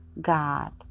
God